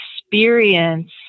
experience